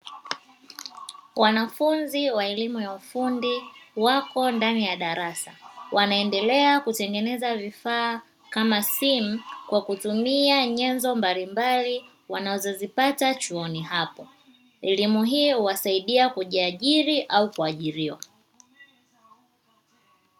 Wanafunzi wa elimu ya ufundi wako ndani ya darasa wanaendelea kutengeneza vifaaa kama simu kwa kutumia nyenzo mbalimbali wanazozipata chuoni hapo. Elimu hii huwasaidia kujiajiri au kuajiriwa.